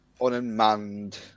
Unmanned